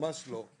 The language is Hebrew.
ממש לא.